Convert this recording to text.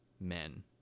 men